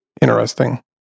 interesting